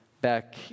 back